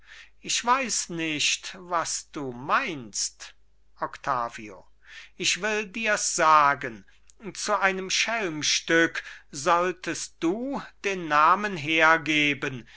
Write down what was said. ich weiß nicht was du meinst octavio ich will dirs sagen zu einem schelmstück solltest du den namen hergeben